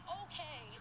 okay